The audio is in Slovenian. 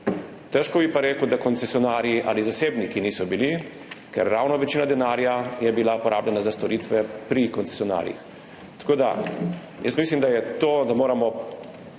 Težko bi pa rekel, da koncesionarji ali zasebniki niso bili, ker je bila ravno večina denarja porabljena za storitve pri koncesionarjih. Mislim, da je to, da moramo